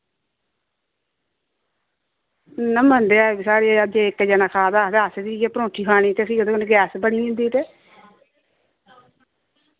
नी ना मनदे ऐ फ्ही साढ़े अज्ज इक जना खा दा आक्खदे अस बी इ'य्यै परोंठी खानी ते फ्ही ओह्दे कन्नै गैस बनी जंदी ते